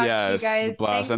Yes